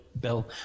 bill